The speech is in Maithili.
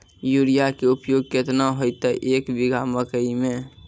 यूरिया के उपयोग केतना होइतै, एक बीघा मकई मे?